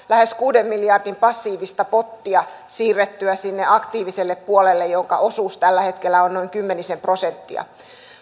lähes kuuden miljardin passiivista pottia siirrettyä sinne aktiiviselle puolelle jonka osuus tällä hetkellä on noin kymmenisen prosenttia